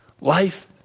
Life